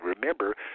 remember